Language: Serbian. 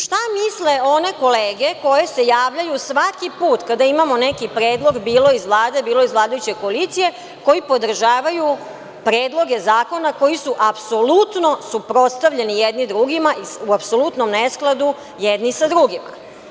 Šta misle one kolege koje se javljaju svaki put kada imamo neki predlog, bilo iz Vlade, bilo iz vladajuće koalicije, koji podržavaju predloge zakona koji su apsolutno suprotstavljeni jedni drugima i u apsolutnom neskladu jedni sa drugima.